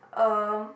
um